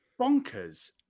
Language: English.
bonkers